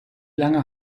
lange